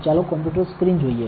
ચાલો computer screen જોઈએ